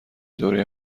دوره